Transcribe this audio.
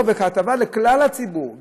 כהטבה לכלל הציבור,